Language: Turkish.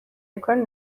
yukarı